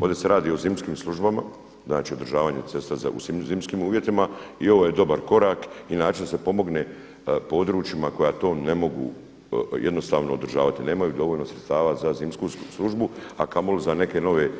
Ovdje se radi o zimskim službama, znači održavanje cesta u svim zimskim uvjetima i ovo je dobar korak i način da se pomogne područjima koja to ne mogu jednostavno održavati, nemaju dovoljno sredstava za zimsku službu a kamoli za neke nove